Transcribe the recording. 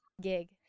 gig